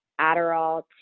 Adderall